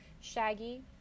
shaggy